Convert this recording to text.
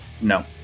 No